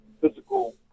physical